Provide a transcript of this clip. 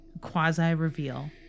quasi-reveal